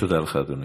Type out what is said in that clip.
תודה לך, אדוני.